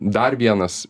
dar vienas